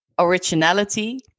originality